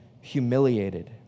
humiliated